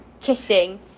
kissing